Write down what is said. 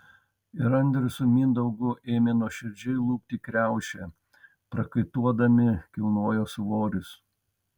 ir andrius su mindaugu ėmė nuoširdžiai lupti kriaušę prakaituodami kilnojo svorius